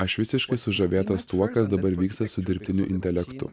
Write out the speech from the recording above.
aš visiškai sužavėtas tuo kas dabar vyksta su dirbtiniu intelektu